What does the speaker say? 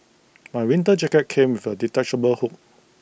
my winter jacket came with A detachable hood